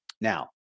Now